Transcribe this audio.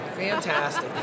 fantastic